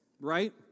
right